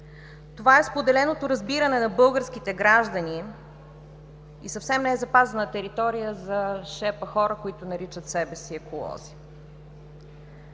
Това е споделеното разбиране на българските граждани и съвсем не е запазена територия за шепа хора, които наричат себе си „еколози“.